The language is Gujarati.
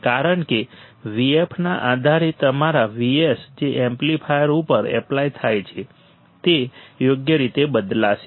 કારણ કે Vf ના આધારે તમારા Vs જે એમ્પ્લીફાયર ઉપર એપ્લાય થાય છે તે યોગ્ય રીતે બદલાશે